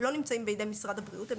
לא נמצאים בידי משרד הבריאות.